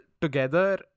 together